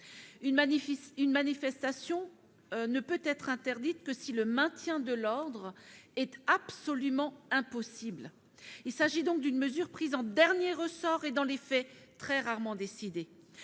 Une manifestation ne peut être interdite que si le maintien de l'ordre est absolument impossible. Il s'agit donc d'une mesure prise en dernier ressort et, dans les faits, très rarement décidée.